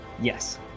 Yes